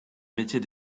métier